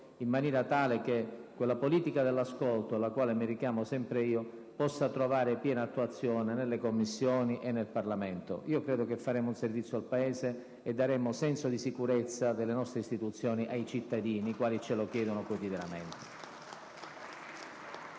in maniera tale che la politica dell'ascolto, cui mi richiamo sempre, possa trovare piena attuazione, nelle Commissioni e in Assemblea. Credo che faremmo un servizio al Paese e daremmo un senso di sicurezza delle nostre istituzioni ai cittadini, che ce lo chiedono quotidianamente.